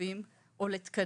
וכספים או לתקנים.